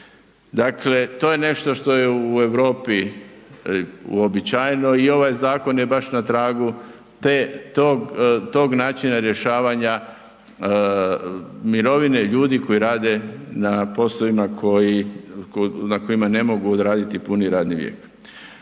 Dakle, to je nešto što je u Europi uobičajeno i ovaj zakon je baš na tragu te, tog načina rješavanja mirovine ljudi koji rade na poslovima koji, na kojima ne mogu odraditi puni radni vijek.